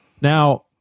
Now